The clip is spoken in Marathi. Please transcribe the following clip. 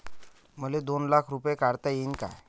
मले दोन लाख रूपे काढता येईन काय?